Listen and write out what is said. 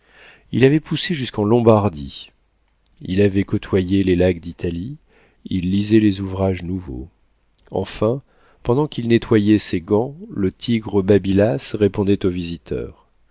il avait poussé jusqu'en lombardie il avait côtoyé les lacs d'italie il lisait les ouvrages nouveaux enfin pendant qu'il nettoyait ses gants le tigre babylas répondait aux visiteurs